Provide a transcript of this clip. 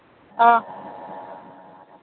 ꯑꯥ